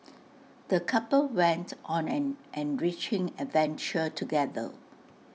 the couple went on an enriching adventure together